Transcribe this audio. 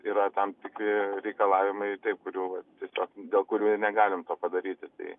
yra tam tikri reikalavimai taip kurių vat tiesiog dėl kurių ir negalim to padaryti tai